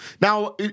Now